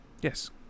yes